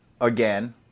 again